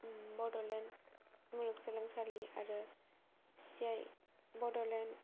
बड'लेण्ड मुलुगसोलोंसालि आरो C I T Bodoland